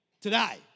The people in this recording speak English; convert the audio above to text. today